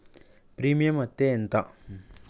Premium అత్తే ఎంత?